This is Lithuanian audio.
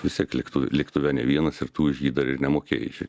vis tiek lėktu lėktuve ne vienas ir tu už jį dar ir nemokėjai